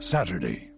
Saturday